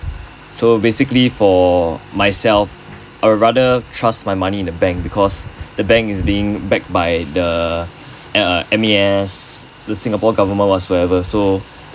so basically for myself I would rather trust my money in the bank because the bank is being backed by the uh M_A_S singapore government whatsoever so